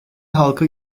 halka